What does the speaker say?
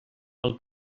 pel